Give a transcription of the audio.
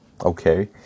Okay